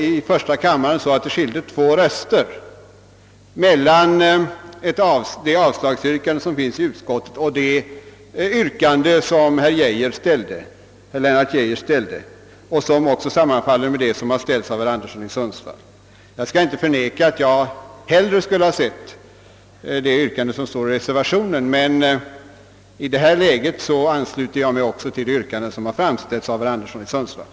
I första kammaren skilde det två röster mellan det avslagsyrkande som ställts i utskottets utlåtande och det yrkande som herr Lennart Geijer ställde och som sammanfaller med det som här ställts av herr Anderson i Sundsvall. Jag skall inte förneka att jag hellre hade sett att valet stått mellan det yrkande som finns i reservationen och utskottsmajoritetens yrkande, men i detta läge ansluter jag mig till det yrkande som framställts av herr Anderson i Sundsvall.